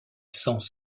sens